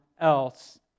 else